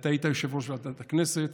אתה היית יושב-ראש ועדת הכנסת,